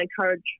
encourage